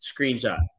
Screenshot